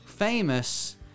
famous